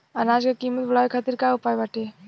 अनाज क कीमत बढ़ावे खातिर का उपाय बाटे?